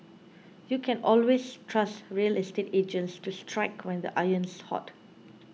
you can always trust real estate agents to strike when the iron's hot